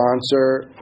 sponsor